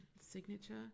signature